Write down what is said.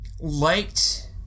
liked